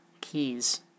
keys